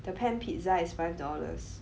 the pan pizza is five dollars